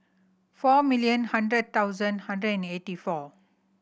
four million hundred thousand hundred and eighty four